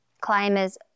climbers